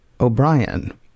O'Brien